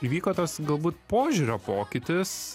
įvyko tas galbūt požiūrio pokytis